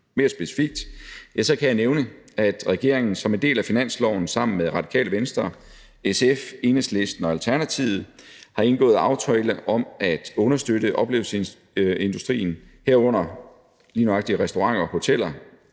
Mere specifikt kan jeg nævne, at regeringen som en del af finansloven sammen med Radikale Venstre, SF, Enhedslisten og Alternativet har indgået aftale om at understøtte oplevelsesindustrien, herunder lige nøjagtig restauranter og hoteller